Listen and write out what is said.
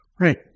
Right